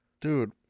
Dude